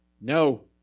No